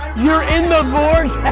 you're in the vortex.